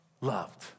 loved